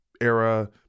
era